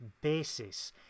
basis